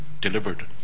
delivered